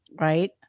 right